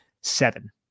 seven